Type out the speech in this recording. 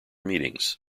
meetings